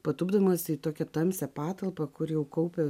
patupdomas į tokią tamsią patalpą kur jau kaupia